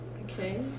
Okay